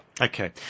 Okay